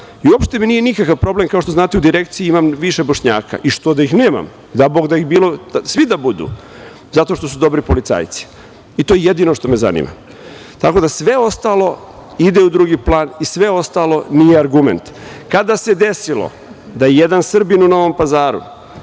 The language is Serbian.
i uopšte mi nije nikakav problem, kao što znate, u direkciji imam više Bošnjaka. I što da ih nemam? Dabogda ih bilo, svi da budu, zato što su dobri policajci, i to je jedino što me zanima. Tako da sve ostalo ide u drugi plan i sve ostalo nije argument. Kada se desilo da je jedan Srbin u Novom Pazaru,